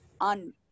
on